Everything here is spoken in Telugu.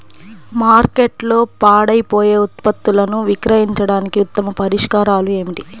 మార్కెట్లో పాడైపోయే ఉత్పత్తులను విక్రయించడానికి ఉత్తమ పరిష్కారాలు ఏమిటి?